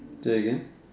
say again